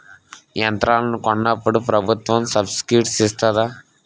యంత్రాలను కొన్నప్పుడు ప్రభుత్వం సబ్ స్సిడీ ఇస్తాధా?